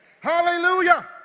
Hallelujah